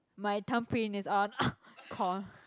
my thumbprint is on